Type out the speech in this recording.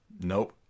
Nope